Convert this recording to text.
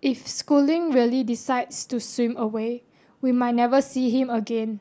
if schooling really decides to swim away we might never see him again